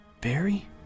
Barry